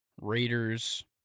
Raiders